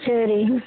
சரி